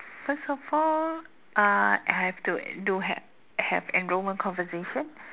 first of all uh I have to do ha~ have enrolment conversation